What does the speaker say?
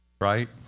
Right